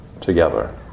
together